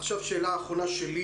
שאלה אחרונה שלי